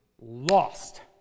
lost